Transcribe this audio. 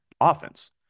offense